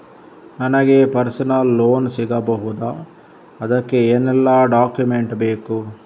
ನನಗೆ personal loan ಸಿಗಬಹುದ ಅದಕ್ಕೆ ಏನೆಲ್ಲ ಡಾಕ್ಯುಮೆಂಟ್ ಬೇಕು?